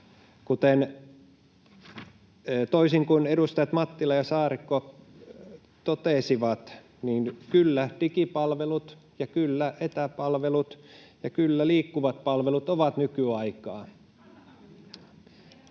Toisin kuin edustajat Mattila ja Saarikko totesivat, niin kyllä, digipalvelut, ja kyllä, etäpalvelut, ja kyllä, liikkuvat palvelut ovat nykyaikaa.